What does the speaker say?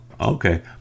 okay